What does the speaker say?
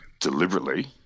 deliberately